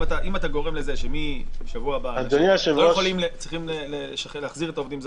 אם אתה גורם לזה שמשבוע הבא צריכים להחזיר את העובדים הזרים,